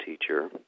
teacher